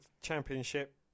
championship